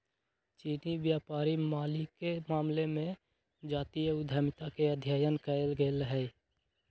चीनी व्यापारी मालिके मामले में जातीय उद्यमिता के अध्ययन कएल गेल हइ